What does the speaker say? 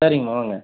சரிங்கம்மா வாங்க